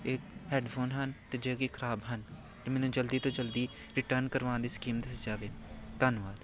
ਇਹ ਹੈਡਫੋਨ ਹਨ ਅਤੇ ਜੋ ਕਿ ਖ਼ਰਾਬ ਹਨ ਅਤੇ ਮੈਨੂੰ ਜਲਦੀ ਤੋਂ ਜਲਦੀ ਰਿਟਰਨ ਕਰਵਾਉਣ ਦੀ ਸਕੀਮ ਦੱਸੀ ਜਾਵੇ ਧੰਨਵਾਦ